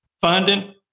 funding